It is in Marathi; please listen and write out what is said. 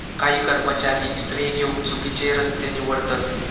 काही कर्मचारी श्रेय घेउक चुकिचे रस्ते निवडतत